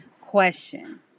question